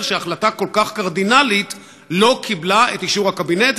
שהחלטה כל כך קרדינלית לא קיבלה את אישור הקבינט,